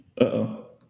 Uh-oh